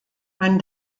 man